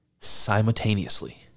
simultaneously